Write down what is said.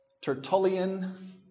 Tertullian